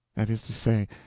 that is to say,